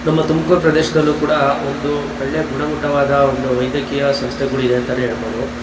ನಮ್ಮ ತುಮ್ಕೂರು ಪ್ರದೇಶದಲ್ಲೂ ಕೂಡ ಒಂದು ಒಳ್ಳೆ ಗುಣಮುಟ್ಟವಾದ ಒಂದು ವೈದ್ಯಕೀಯ ಸಂಸ್ಥೆಗಳಿದೆ ಅಂತ ಹೇಳ್ಬೌದು